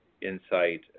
insight